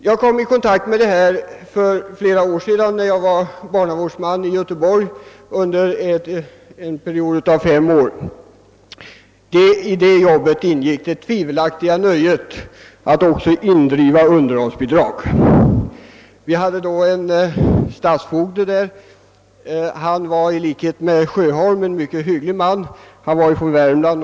Jag kom i kontakt med denna fråga för flera år sedan när jag under fem års tid var barnavårdsman i Göteborg. I mitt arbete ingick det tvivelaktiga nöjet att också indriva underhållsbidrag. Vi hade då en stadsfogde i staden som i likhet med herr Sjöholm i de här frågorna intog en mycket hygglig och social ståndpunkt.